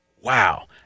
Wow